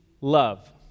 love